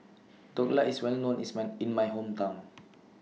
Dhokla IS Well known in My Hometown